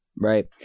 Right